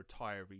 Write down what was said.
retiree